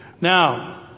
Now